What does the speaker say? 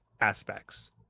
aspects